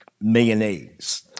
mayonnaise